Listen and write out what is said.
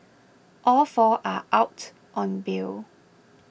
all four are out on bail